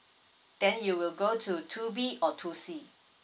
then you will go to two B or two C